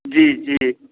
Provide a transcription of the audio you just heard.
जी जी